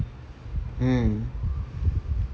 mm